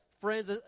friends